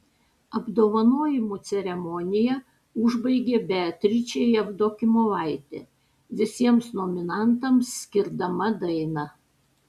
apdovanojimų ceremoniją užbaigė beatričė jevdokimovaitė visiems nominantams skirdama dainą